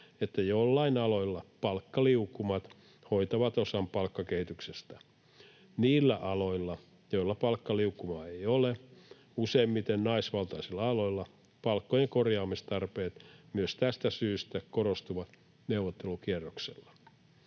että joillain aloilla palkkaliukumat hoitavat osan palkkakehityksestä. Niillä aloilla, joilla palkkaliukumaa ei ole, useimmiten naisvaltaisilla aloilla, palkkojen korjaamistarpeet myös tästä syystä korostuvat neuvottelukierroksella.